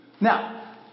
Now